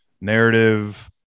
narrative